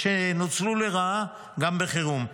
שנוצרו לרעה גם בחירום.